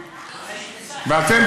ואתם,